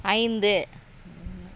ஐந்து